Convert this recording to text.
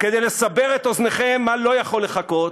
כדי לסבר את אוזנכם מה לא יכול לחכות: